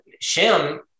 Shem